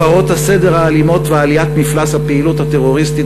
הפרות הסדר האלימות ועליית מפלס הפעילות הטרוריסטית